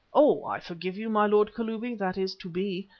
oh! i forgive you, my lord kalubi that is to be.